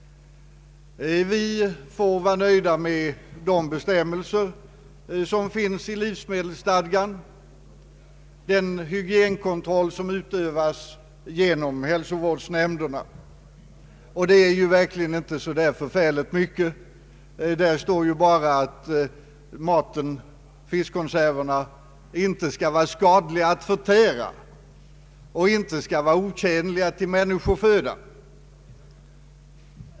Vi får vara nöjda med den hygienkontroll som enligt livsmedelsstadgan skall utövas genom hälsovårdsnämnderna, och det är verkligen inte någon omfattande kontroll. I livsmedelsstadgan står bara att livsmedlen inte får vara skadliga att förtära eller otjänliga till människoföda.